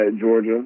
Georgia